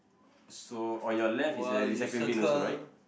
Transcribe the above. so on your left is a recycling bin also right